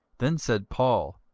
then said paul,